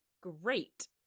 great